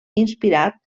inspirat